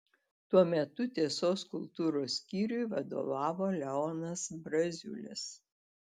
tuo metu tiesos kultūros skyriui vadovavo leonas braziulis